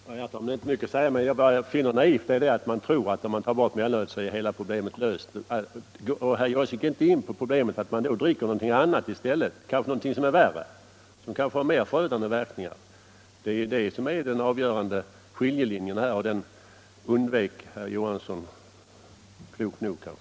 Herr talman! Jag har egentligen inte mer att säga, men vad jag finner naivt är att man tror att hela problemet blir löst, om mellanölet tas bort. Herr Johansson i Skärstad gick inte in på problemet att vederbörande då kanske dricker någonting annat i stället, kanske någonting som har mer förödande verkningar. Det är det som är den avgörande skiljelinjen här, och den undvek herr Johansson — klokt nog kanske.